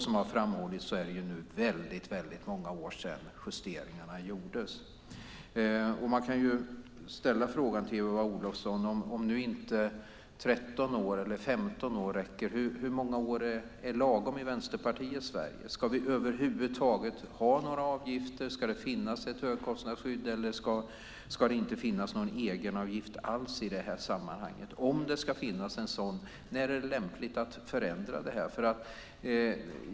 Som har framhållits är det nu väldigt många år sedan det gjordes justeringar. Man kan fråga Eva Olofsson: Om inte 13 eller 15 år räcker, hur många år är lagom i Vänsterpartiets Sverige? Ska vi över huvud taget ha några avgifter? Ska det finnas ett högkostnadsskydd? Ska det inte finnas någon egenavgift alls i det här sammanhanget? Om det ska finnas en sådan, när är det lämpligt att förändra den?